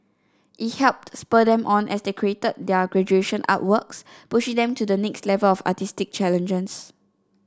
it helped spur them on as they created their graduation artworks pushing them to the next level of artistic challenges